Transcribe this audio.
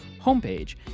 homepage